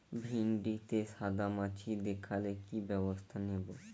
ভিন্ডিতে সাদা মাছি দেখালে কি ব্যবস্থা নেবো?